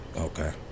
okay